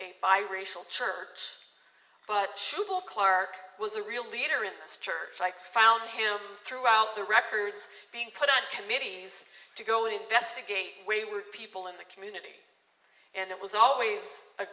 a bi racial church but she will clark was a real leader in this church i found him throughout the records being put on committees to go investigate we were people in the community and it was always a